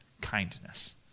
kindness